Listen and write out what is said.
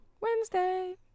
wednesday